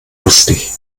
lustig